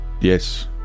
Yes